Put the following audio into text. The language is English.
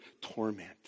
Torment